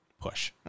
push